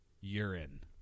urine